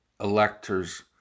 electors